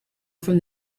from